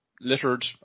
littered